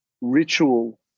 ritual